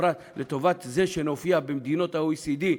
לטובת זה שנופיע במדינות ה-OECD.